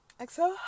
Exhale